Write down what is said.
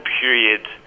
period